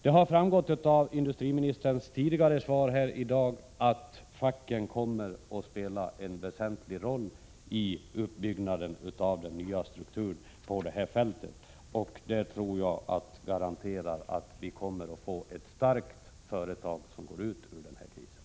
Det har framgått av industriministerns tidigare svar här i dag att facken kommer att spela en väsentlig roll i uppbyggnaden av den nya strukturen på det här fältet. Det tror jag garanterar att det kommer att bli ett starkt företag som går ut ur den här krisen.